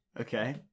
Okay